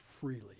freely